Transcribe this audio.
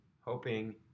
hoping